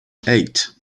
eight